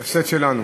הפסד שלנו.